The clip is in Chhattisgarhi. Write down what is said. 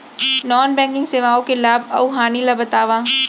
नॉन बैंकिंग सेवाओं के लाभ अऊ हानि ला बतावव